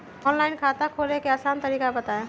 Online खाता खोले के आसान तरीका बताए?